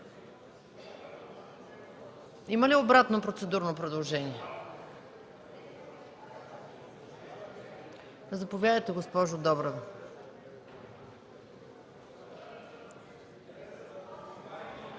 Има ли обратно процедурно предложение? Заповядайте, госпожо Добрева.